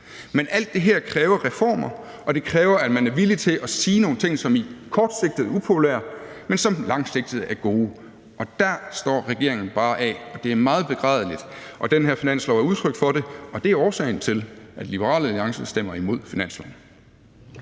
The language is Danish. Men alt det her kræver reformer, og det kræver, at man er villig til at sige nogle ting, som kortsigtet er upopulære, men som langsigtet er gode. Og dér står regeringen bare af. Det er meget begrædeligt. Den her finanslov er udtryk for det, og det er årsagen til, at Liberal Alliance stemmer imod finansloven.